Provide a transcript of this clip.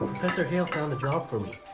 hale found a job for me.